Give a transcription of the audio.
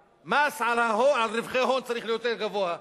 שהמס על רווחי הון צריך להיות יותר גבוה,